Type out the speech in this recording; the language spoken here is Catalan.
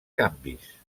canvis